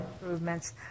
improvements